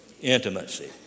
intimacy